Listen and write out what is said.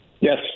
Yes